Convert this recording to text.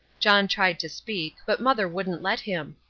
john tried to speak, but mother wouldn't let him.